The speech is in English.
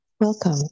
Welcome